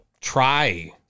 Try